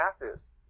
Mathis